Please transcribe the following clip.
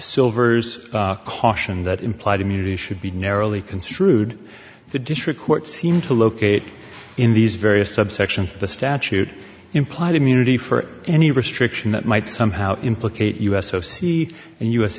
silver's caution that implied immunity should be narrowly construed the district court seemed to locate in these various subsections the statute implied immunity for any restriction that might somehow implicate u s o c and u